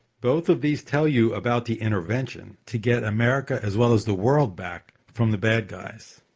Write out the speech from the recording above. both of these tell you about the intervention to get america as well as the world back from the bad guys.